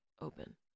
open